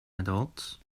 adults